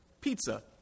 Pizza